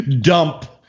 dump